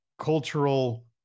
cultural